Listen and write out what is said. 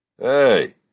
Hey